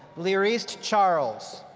lyrisd charles.